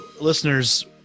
listeners